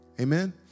Amen